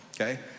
okay